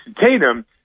tatum